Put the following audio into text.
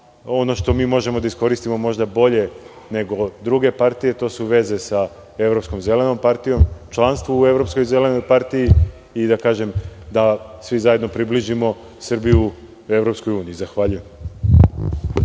ono što mi možemo da iskoristimo možda bolje nego druge partije to su veze sa Evropskom zelenom partijom, članstvo u Evropskoj zelenoj partiji i da kažem da svi zajedno približimo Srbiju EU. Zahvaljujem.